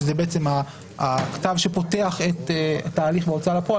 שזה בעצם הכתב שפותח את תהליך ההוצאה לפועל,